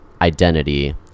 identity